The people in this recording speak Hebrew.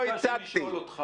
אני לא הצגתי.